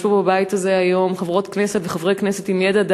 ויש פה בבית הזה היום חברות כנסת וחברי כנסת עם ידע,